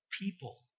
people